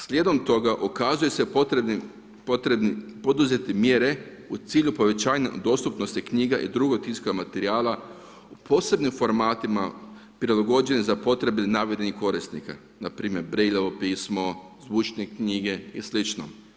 Slijedom toga ukazuje se poduzeti mjere u cilju povećanja dostupnosti knjiga i drugog tiska materijala u posebnim formatima prilagođenim za potrebe navedenih korisnika, npr. Braillovo pismo, zvučne knjige i slično.